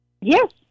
Yes